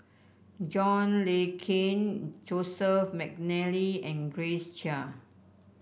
John Le Cain Joseph McNally and Grace Chia